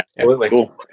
Cool